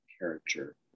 character